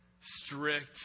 strict